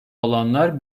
olanlar